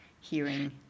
hearing